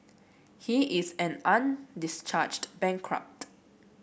he is an undischarged bankrupt